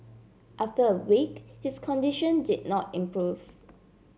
after a week his condition did not improve